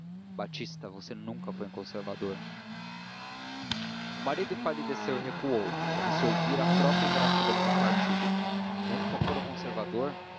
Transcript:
batista você nunca foi conservador o marido empalideceu e recuou como se ouvira a própria ingratidão de um partido nunca fora conservador